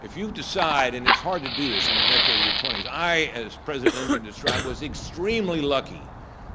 if you decide and it's hard to do this in the decade of your twenty s. i, as president lindgren described was extremely lucky